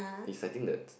he's I think the